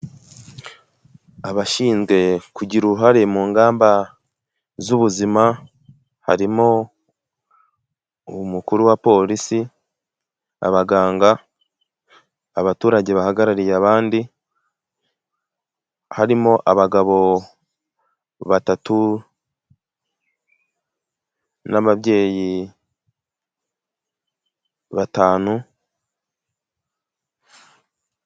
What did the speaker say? Abashinzwe kugira uruhare mu ngamba z'ubuzima harimo umukuru wa polisi abaganga abaturage bahagarariye abandi harimo abagabo batatu n'ababyeyi batanu.